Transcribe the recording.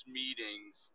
meetings